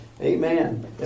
Amen